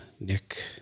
Nick